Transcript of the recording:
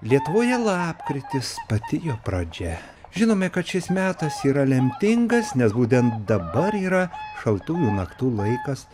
lietuvoje lapkritis pati jo pradžia žinome kad šis metas yra lemtingas nes būtent dabar yra šaltų naktų laikas